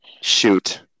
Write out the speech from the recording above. Shoot